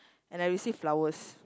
and I receive flowers